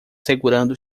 segurando